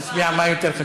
נצביע מה יותר חשוב.